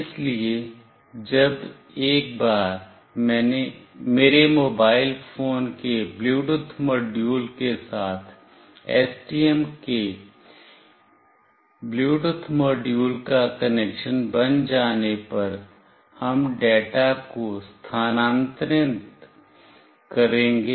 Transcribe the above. इसलिए जब एक बार मेरे मोबाइल फोन के ब्लूटूथ मॉड्यूल के साथ STM के ब्लूटूथ मॉड्यूल का कनेक्शन बन जाने पर हम डेटा को स्थानांतरित करेंगे